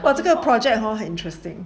!wow! 这个 project hor 很 interesting